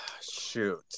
Shoot